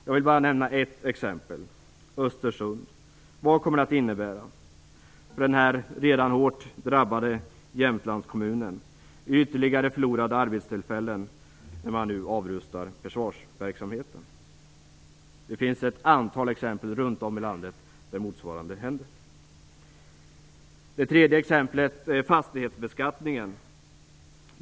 Jag vill bara nämna ett exempel, nämligen Östersund. Vad kommer det att innebära för denna redan hårt drabbade Jämtlandskommun i ytterligare förlorade arbetstillfällen när man nu avrustar försvarsverksamheten? Det finns ett antal exempel runt om i landet där motsvarande händer. För det tredje gäller det fastighetsbeskattningen.